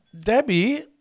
Debbie